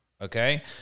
okay